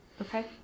okay